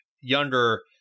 younger